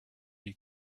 you